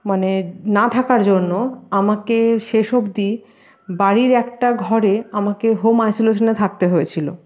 মানে না থাকার জন্য আমাকে শেষ অব্দি বাড়ির একটা ঘরে আমাকে হোম আইসোলেশনে থাকতে হয়েছিলো